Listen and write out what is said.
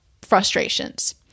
frustrations